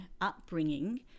upbringing